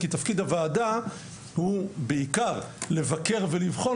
כי תפקיד הוועדה הוא בעיקר לבקר ולבחון